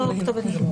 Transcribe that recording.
הכתובת קיימת.